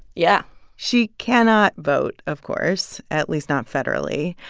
yeah she cannot vote, of course at least not federally.